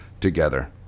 together